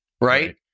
right